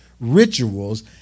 rituals